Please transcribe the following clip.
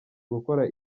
gukora